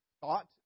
thought